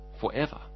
forever